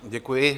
Děkuji.